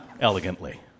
Elegantly